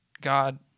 God